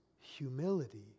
humility